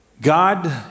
God